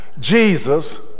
Jesus